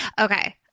Okay